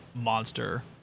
monster